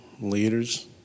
leaders